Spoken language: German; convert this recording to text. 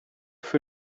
für